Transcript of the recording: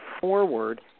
forward